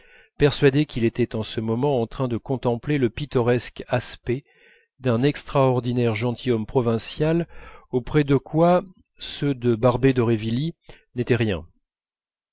persuadé qu'il était en ce moment en train de contempler le pittoresque aspect d'un extraordinaire gentilhomme provincial auprès de quoi ceux de barbey d'aurevilly n'étaient rien